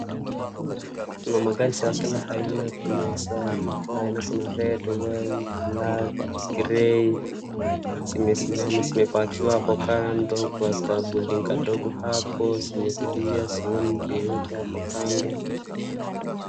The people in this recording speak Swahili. Kuna magari za kila aina, kuna red, white, black, grey zimesimama zimepakiwa hapo kando kwa kampuni kadogo hapo zimetulia sioni mtu yeyote hapo kando.